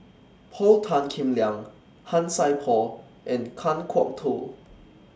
Paul Tan Kim Liang Han Sai Por and Kan Kwok Toh